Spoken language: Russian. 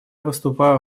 выступаю